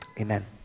amen